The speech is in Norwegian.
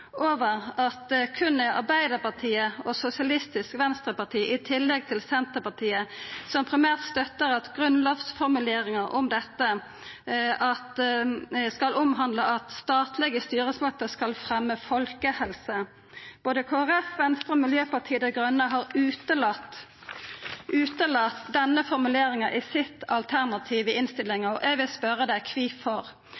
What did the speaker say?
over at det berre er Arbeidarpartiet og SV i tillegg til Senterpartiet som primært støttar at grunnlovsformuleringa om dette skal omhandla at statlege styresmakter skal fremja folkehelse. Både Kristeleg Folkeparti, Venstre og Miljøpartiet Dei Grøne har utelate denne formuleringa i sitt alternativ i